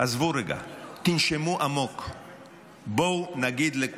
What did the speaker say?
עזבו רגע, תנשמו עמוק.